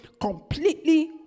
completely